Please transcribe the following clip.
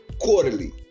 Quarterly